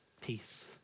peace